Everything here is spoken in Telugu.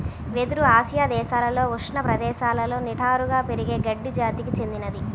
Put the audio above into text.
వెదురు ఆసియా దేశాలలో ఉష్ణ ప్రదేశాలలో నిటారుగా పెరిగే గడ్డి జాతికి చెందినది